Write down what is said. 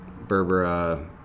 berbera